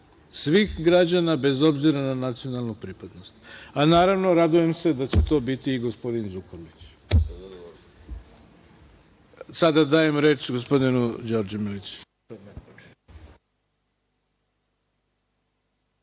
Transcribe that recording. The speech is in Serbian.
svih građana bez obzira na nacionalnu pripadnost, a naravno radujem se da će to biti i gospodin Zukorlić. Sada dajem reč gospodinu Đorđu Milićeviću.